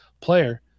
player